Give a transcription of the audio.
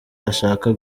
ashaka